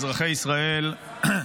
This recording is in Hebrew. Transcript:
אזרחי ישראל,